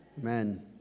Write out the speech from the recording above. Amen